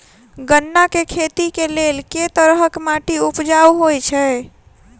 गन्ना केँ खेती केँ लेल केँ तरहक माटि उपजाउ होइ छै?